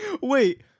Wait